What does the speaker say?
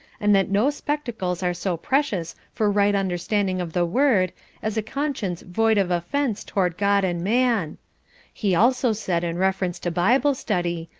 and that no spectacles are so precious for right understanding of the word as a conscience void of offence toward god and man he also said in reference to bible study,